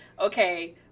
Okay